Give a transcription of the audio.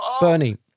Bernie